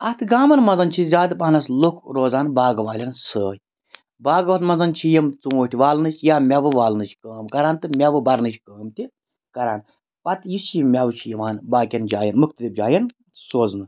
اَتھ گامَن منٛزَن چھِ زیادٕ پَہنَس لُکھ روزان باغہٕ والیٚن سۭتۍ باغو منٛز چھِ یِم ژوٗنٛٹھۍ والنٕچ یا میٚوٕ والنٕچ کٲم کَران تہٕ میٚوٕ بَرنٕچ کٲم تہِ کَران پَتہٕ یُس یہِ میٚوٕ چھِ یِوان باقٕیَن جایَن مُختلِف جایَن سوزنہٕ